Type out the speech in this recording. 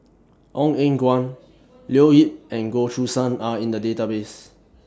Ong Eng Guan Leo Yip and Goh Choo San Are in The Database